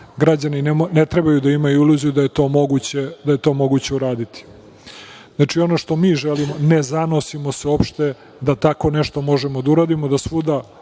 građani ne trebaju da imaju iluziju da je to moguće uraditi. Znači, ono što mi želimo, ne zanosimo se uopšte da tako nešto možemo da uradimo, da svuda